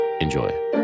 Enjoy